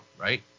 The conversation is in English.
right